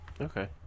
Okay